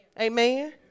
Amen